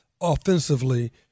offensively